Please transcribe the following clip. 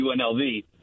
UNLV